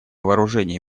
вооружений